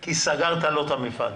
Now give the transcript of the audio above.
כי סגרת לו את המפעל.